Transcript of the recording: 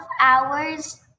hours